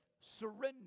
surrender